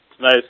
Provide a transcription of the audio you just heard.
nice